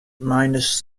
minus